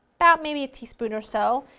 about maybe a teaspoon or so.